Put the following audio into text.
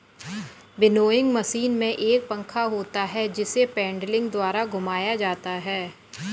winnowing machine में एक पंखा होता है जिसे पेडलिंग द्वारा घुमाया जाता है